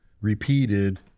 repeated